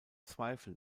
zweifel